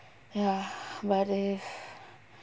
ya but if